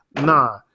Nah